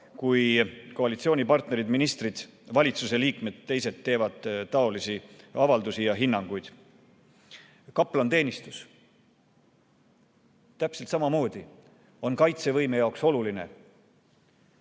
kui koalitsioonipartnerid, ministrid, teised valitsuse liikmed teevad taolisi avaldusi ja hinnanguid. Kaplaniteenistus. Täpselt samamoodi on kaitsevõime jaoks oluline